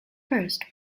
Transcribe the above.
first